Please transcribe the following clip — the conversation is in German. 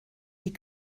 die